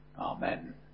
Amen